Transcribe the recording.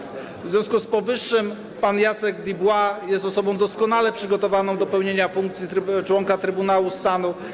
W związku z powyższym pan Jacek Dubois jest osobą doskonale przygotowaną do pełnienia funkcji członka Trybunału Stanu.